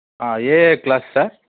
A A class sir